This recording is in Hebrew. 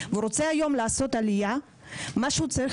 כמה זמן ממוצע אדם צריך